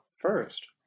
first